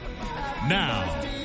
Now